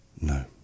No